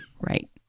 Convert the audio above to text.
Right